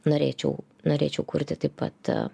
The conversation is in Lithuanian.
norėčiau norėčiau kurti taip pat